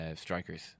strikers